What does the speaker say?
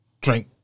drink